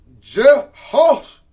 Jehosh